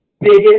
biggest